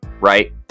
right